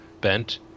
bent